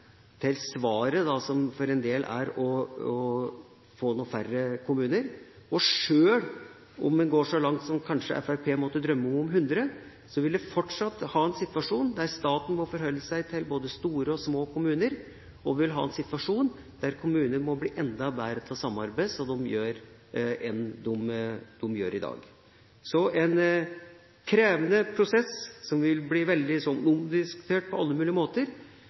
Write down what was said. til det svaret som for noen er å få en del færre kommuner. Sjøl om en hadde gått så langt som kanskje Fremskrittpartiet måtte drømme om – 100 – ville man fortsatt hatt en situasjon der staten måtte forholde seg til både store og små kommuner, og vi ville hatt en situasjon der kommunene måtte bli enda bedre til å samarbeide enn de er i dag. Dette er en krevende prosess som ville blitt veldig omdiskutert på alle mulige måter,